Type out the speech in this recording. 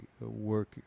work